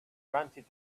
granted